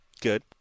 Good